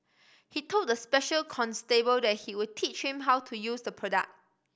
he told the special constable that he would teach him how to use the products